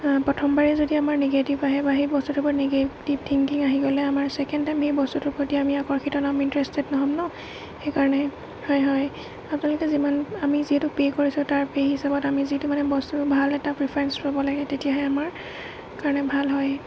প্ৰথমবাৰে যদি আমাৰ নিগেটিভ আহে বা সেই বস্তুটোৰ ওপৰত নিগেটিভ থিংকিং আহি গ'লে আমাৰ ছেকেণ্ড টাইম সেই বস্তুটোৰ প্ৰতি আমি আকৰ্ষিত ইণ্টাৰেষ্টেড নহ'ব নহ্ সেইকাৰণে হয় হয় আপোনালোকে যিমান আমি যিহেতু পে' কৰিছোঁ তাৰ পে' হিচাপত আমি যিটো মানে বস্তু ভাল এটা প্ৰিফাৰেন্স ৰ'ব লাগে তেতিয়াহে আমাৰ কাৰণে ভাল হয়